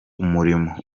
umurimo